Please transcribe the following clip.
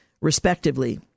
respectively